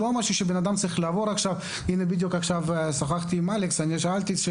בדיוק עכשיו שוחחתי עם אלכס, ושאלתי: